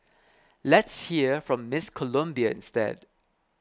let's hear from Miss Colombia instead